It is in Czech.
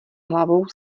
hlavou